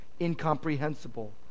incomprehensible